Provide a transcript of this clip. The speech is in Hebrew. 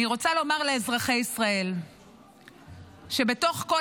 אני רוצה לומר לאזרחי ישראל שבתוך כל